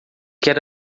quer